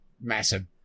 massive